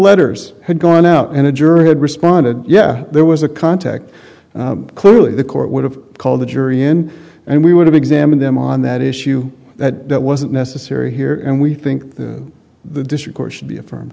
letters had gone out and a juror had responded yeah there was a contact clearly the court would have called the jury in and we would have examined them on that issue that that wasn't necessary here and we think that the district or should be affirm